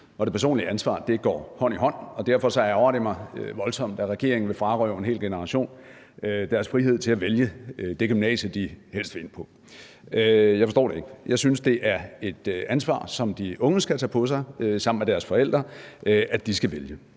det personlige ansvar går hånd i hånd, og derfor ærgrer det mig voldsomt, at regeringen vil frarøve en hel generation deres frihed til at vælge det gymnasie, de helst vil ind på. Jeg forstår det ikke. Jeg synes, det er et ansvar, som de unge skal tage på sig sammen med deres forældre, at de skal vælge.